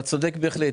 אתה צודק בהחלט,